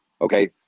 Okay